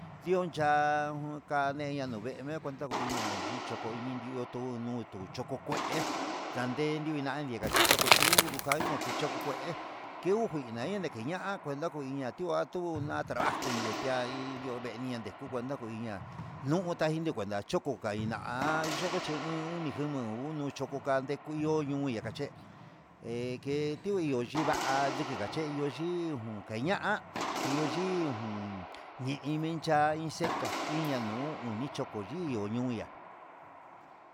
Ndion cha'a nu kaneya nuyeme kuenta ko iya yicho toko indio tu no'o tuchoko kué ndade nduvina'a ndikachelo tuidu, lukaiña choko kué ke ujun kaña ndikiña kuenta kuiña ti'a, tu na'a trabajo yii yetia indio ndeku tako iña'a nunka indi ninguachó, ndoko kaina'a xhoko chi ngu uni jema'a uno choko kande kuño'o nuu nuya'a kaché eje tiudu chiva'a andiki kaye ihó ndijun keña'a ndioyin jun ñe'e ime cha'i chetua iña nuu ño oni choko nridio nunka.